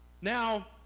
now